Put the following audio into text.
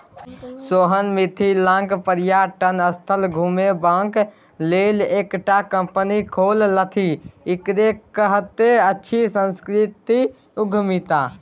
सोहन मिथिलाक पर्यटन स्थल घुमेबाक लेल एकटा कंपनी खोललथि एकरे कहैत अछि सांस्कृतिक उद्यमिता